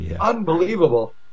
unbelievable